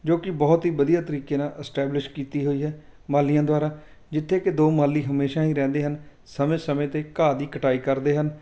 ਜੋ ਕਿ ਬਹੁਤ ਹੀ ਵਧੀਆ ਤਰੀਕੇ ਨਾਲ ਐਸਟੈਬਲਿਸ਼ ਕੀਤੀ ਹੋਈ ਹੈ ਮਾਲੀਆਂ ਦੁਆਰਾ ਜਿੱਥੇ ਕਿ ਦੋ ਮਾਲੀ ਹਮੇਸ਼ਾ ਹੀ ਰਹਿੰਦੇ ਹਨ ਸਮੇਂ ਸਮੇਂ 'ਤੇ ਘਾਹ ਦੀ ਕਟਾਈ ਕਰਦੇ ਹਨ